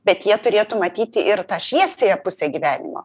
bet jie turėtų matyti ir tą šviesiąją pusę gyvenimo